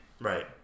Right